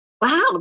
wow